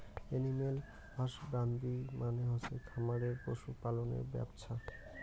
animal husbandry মানে হসে খামারে পশু পালনের ব্যপছা